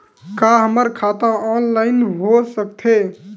का हमर खाता ऑनलाइन हो सकथे?